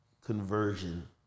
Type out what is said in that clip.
conversion